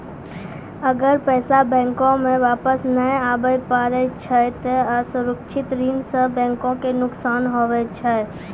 अगर पैसा बैंको मे वापस नै आबे पारै छै ते असुरक्षित ऋण सं बैंको के नुकसान हुवै छै